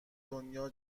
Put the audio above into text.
دنیا